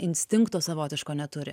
instinkto savotiško neturi